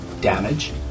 damage